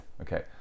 Okay